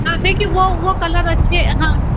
हाँ देखिए वो वो कलर अच्छे हाँ